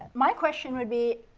my question would be.